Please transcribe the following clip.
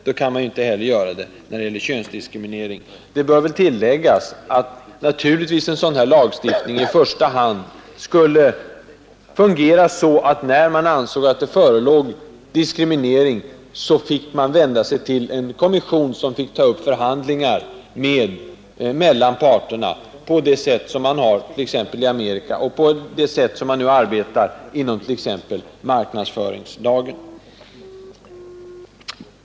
Då kan man inte heller göra det när det gäller könsdiskriminering. Det bör väl tilläggas att en sådan lagstiftning naturligtvis i första hand skulle fungera så att den som anser att det föreligger diskriminering, skulle få vända sig till en kommission, som då hade att ta upp förhandlingar mellan parterna, på det sätt som sker i t.ex. Amerika och som nu även tillämpas hos oss i samband med marknadsföringslagen.